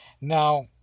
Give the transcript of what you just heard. Now